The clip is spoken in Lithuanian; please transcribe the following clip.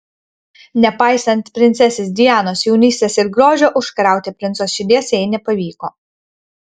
nepaisant princesės dianos jaunystės ir grožio užkariauti princo širdies jai nepavyko